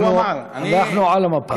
"אנחנו על המפה".